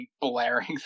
blaring